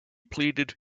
pleaded